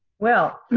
well,